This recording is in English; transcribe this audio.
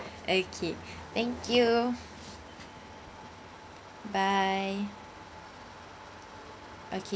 okay thank you bye okay